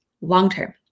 long-term